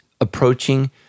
approaching